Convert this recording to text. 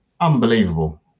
Unbelievable